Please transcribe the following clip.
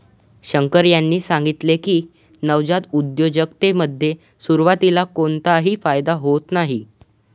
शंकर यांनी सांगितले की, नवजात उद्योजकतेमध्ये सुरुवातीला कोणताही फायदा होत नाही